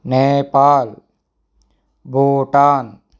Nepal Bhutan